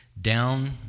down